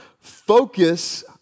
focus